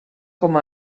com